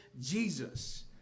Jesus